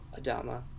Adama